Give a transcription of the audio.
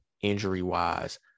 injury-wise